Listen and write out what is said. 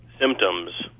symptoms